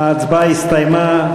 ההצבעה הסתיימה.